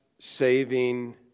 saving